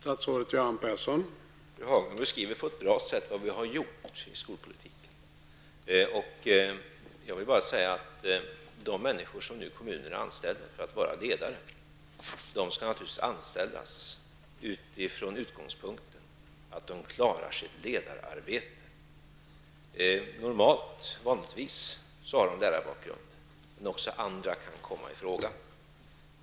Herr talman! Fru Haglund beskriver på ett bra sätt vad vi har gjort i skolpolitiken. De människor som kommunerna nu anställer som ledare skall naturligtvis anställas utifrån utgångspunkten att de skall klara sitt ledararbete. Vanligtvis rör det sig om personer med lärarbakgrund, men också andra kan komma i fråga.